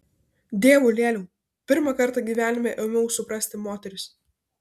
dievulėliau pirmą kartą gyvenime ėmiau suprasti moteris